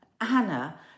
anna